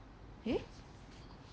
eh